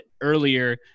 earlier